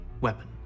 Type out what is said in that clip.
weapon